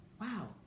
wow